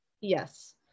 Yes